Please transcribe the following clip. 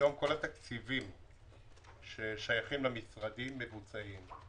כל התקציבים ששייכים למשרדים מבוצעים.